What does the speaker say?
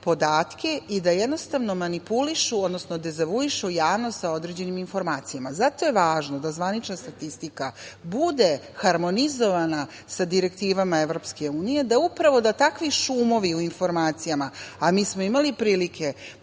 i da jednostavno manipulišu, odnosno dezavuišu javnost sa određenim informacijama. Zato je važno da zvanična statistika bude harmonizovana sa direktivama EU, da upravo takvi šumovi u informacijama, a mi smo imali prilike